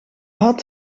had